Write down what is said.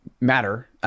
matter